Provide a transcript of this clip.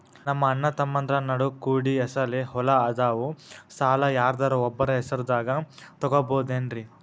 ನಮ್ಮಅಣ್ಣತಮ್ಮಂದ್ರ ನಡು ಕೂಡಿ ಹೆಸರಲೆ ಹೊಲಾ ಅದಾವು, ಸಾಲ ಯಾರ್ದರ ಒಬ್ಬರ ಹೆಸರದಾಗ ತಗೋಬೋದೇನ್ರಿ?